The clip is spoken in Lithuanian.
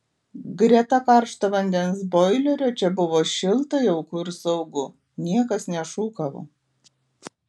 greta karšto vandens boilerio čia buvo šilta jauku ir saugu niekas nešūkavo